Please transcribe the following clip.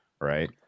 right